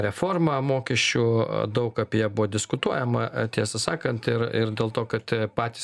reformą mokesčių daug apie ją buvo diskutuojama tiesą sakant ir ir dėl to kad patys